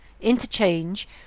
interchange